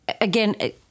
again